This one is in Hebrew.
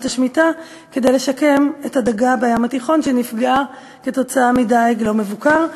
השמיטה כדי לשקם את הדגה בים התיכון שנפגעה כתוצאה מדיג לא מבוקר,